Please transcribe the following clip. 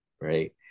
right